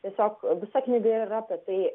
tiesiog visa knyga ir yra apie tai